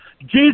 Jesus